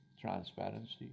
transparency